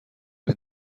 این